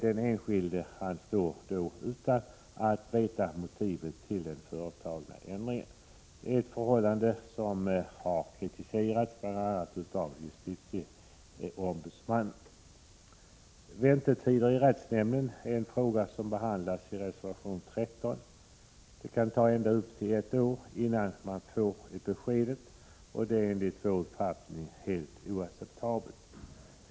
Den enskilde står då utan möjlighet att få veta motivet till den företagna ändringen, ett förhållande som kritiserats bl.a. av justitieombudsmannen. Väntetider i rättshämnden är den fråga som behandlas i reservation nr 13. Ända upp till ett år kan det ta innan beskedet kommer, och det är enligt vår uppfattning helt oacceptabelt.